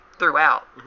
Throughout